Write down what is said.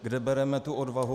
Kde bereme tu odvahu?